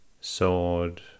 sword